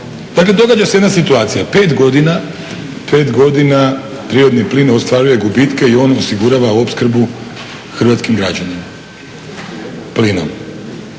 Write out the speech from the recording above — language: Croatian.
Dakle događa se jedna situacija, 5 godina prirodni plin ostvaruje gubitke i on osigurava opskrbu hrvatskim građanima plinom.